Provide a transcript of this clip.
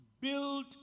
Build